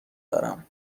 دارم